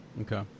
okay